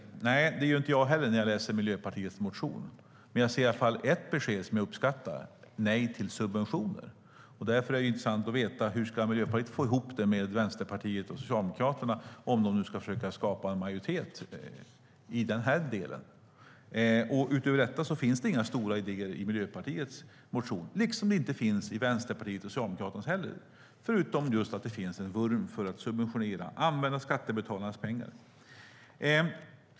Nej, det gör inte jag heller när jag läser Miljöpartiets motion. Men jag ser i alla fall ett besked som jag uppskattar, nämligen nej till subventioner. Därför vore det intressant att få veta hur Miljöpartiet ska få ihop sin politik med Vänsterpartiets och Socialdemokraternas politik om de ska försöka skapa en majoritet i denna del. Utöver detta finns det inte några stora idéer i Miljöpartiets motion. Det finns det inte i Vänsterpartiets och Socialdemokraternas motioner heller, förutom att det finns en vurm för att subventionera och använda skattebetalarnas pengar.